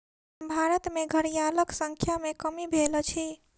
भारत में घड़ियालक संख्या में कमी भेल अछि